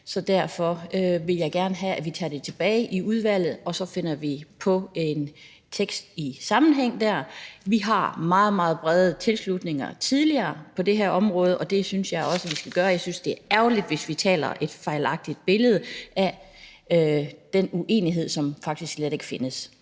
og derfor vil jeg gerne have, at vi tager det tilbage i udvalget, og så finder vi på en tekst i den sammenhæng. Vi har haft meget, meget brede tilslutninger tidligere på det her område, og det synes jeg også vi skal fortsætte med at have. Jeg synes, det er ærgerligt, hvis vi tegner et fejlagtigt billede af den uenighed, som faktisk slet ikke findes.